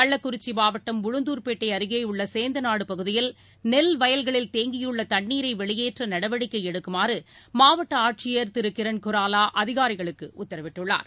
கள்ளக்குறிச்சி மாவட்டம் உளுந்தூர்பேட்டை அருகேயுள்ள சேந்தநாடு பகுதியில் நெல் வயல்களில் தேங்கியுள்ள தண்ணீரை வெளியேற்ற நடவடிக்கை எடுக்குமாறு மாவட்ட ஆட்சியர் கிரண் குராவா அதிகாரிகளுக்கு உத்தரவிட்டுள்ளார்